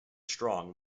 strong